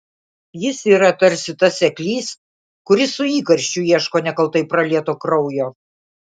jis yra tarsi tas seklys kuris su įkarščiu ieško nekaltai pralieto kraujo